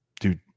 dude